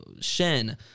Shen